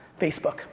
Facebook